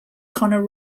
conor